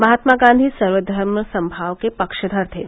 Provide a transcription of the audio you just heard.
महात्मा गांधी सर्वधर्म समभाव के पक्षधर थे